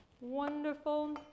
Wonderful